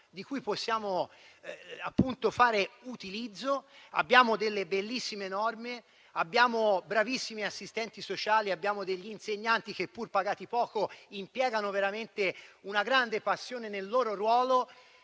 di cui possiamo fare utilizzo, abbiamo delle bellissime norme, abbiamo bravissimi assistenti sociali, abbiamo degli insegnanti che, pur pagati poco, impiegano veramente una grande passione nel loro ruolo